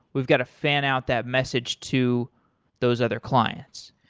we've got to fan out that message to those other clients.